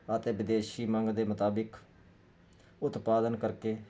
ਅਤੇ ਵਿਦੇਸ਼ੀ ਮੰਗ ਦੇ ਮੁਤਾਬਿਕ ਉਤਪਾਦਨ ਕਰਕੇ